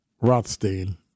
Rothstein